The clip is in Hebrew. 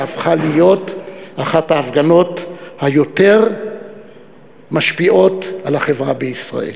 שהפכה להיות אחת ההפגנות היותר משפיעות על החברה בישראל.